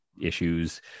issues